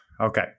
okay